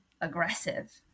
aggressive